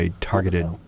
targeted